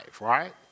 right